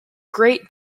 great